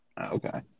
Okay